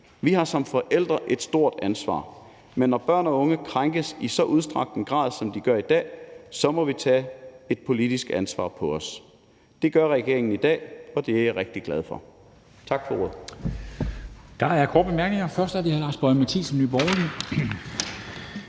Vi har som forældre et stort ansvar, men når børn og unge krænkes i så udstrakt en grad, som de gør i dag, så må vi tage et politisk ansvar på os. Det gør regeringen i dag, og det er jeg rigtig glad for. Tak for ordet.